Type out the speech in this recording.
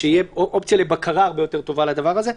שתהיה אופציה לבקרה הרבה יותר טובה לדבר הזה,